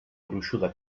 gruixuda